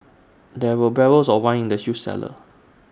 there were barrels of wine in the huge cellar